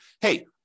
hey